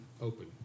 open